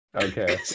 Okay